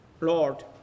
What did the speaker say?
Lord